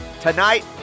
Tonight